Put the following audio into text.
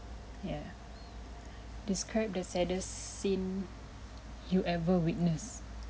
ya describe the saddest scene you ever witness